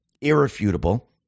irrefutable